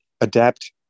Adapt